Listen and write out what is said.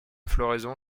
floraison